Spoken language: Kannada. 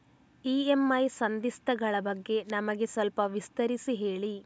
ಇ.ಎಂ.ಐ ಸಂಧಿಸ್ತ ಗಳ ಬಗ್ಗೆ ನಮಗೆ ಸ್ವಲ್ಪ ವಿಸ್ತರಿಸಿ ಹೇಳಿ